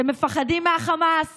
אתם מפחדים מהחמאס